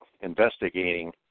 Investigating